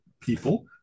people